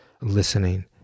listening